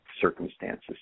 circumstances